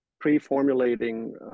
pre-formulating